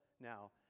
now